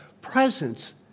presence